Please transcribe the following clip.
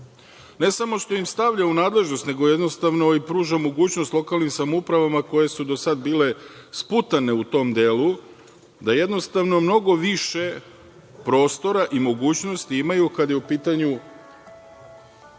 Ne samo što im stavlja u nadležnost, nego jednostavno i pruža mogućnost lokalnim samoupravama koje su do sada bile sputane u tom delu da jednostavno mnogo više prostora i mogućnosti imaju kada je u pitanju